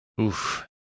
Oof